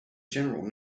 general